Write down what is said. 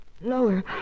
Lower